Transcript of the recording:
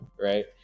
right